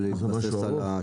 אלא להתבסס על השוק.